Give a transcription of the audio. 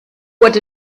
what